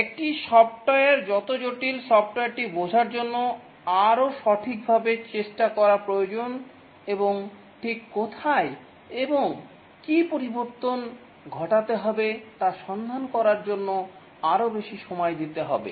একটি সফ্টওয়্যার যত জটিল সফ্টওয়্যারটি বোঝার জন্য আরও সঠিকভাবে চেষ্টা করা প্রয়োজন এবং ঠিক কোথায় এবং কী পরিবর্তন ঘটতে হবে তা সন্ধান করার জন্য আরো বেশি সময় দিতে হয়